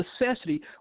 necessity